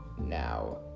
now